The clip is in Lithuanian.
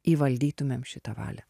įvaldytumėm šitą valią